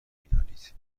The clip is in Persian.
مینالید